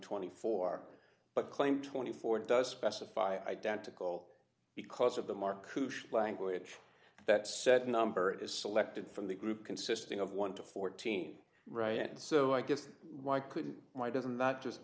twenty four but claim twenty four does specify identical because of the mark language that said number is selected from the group consisting of one to fourteen right and so i guess why couldn't why doesn't that just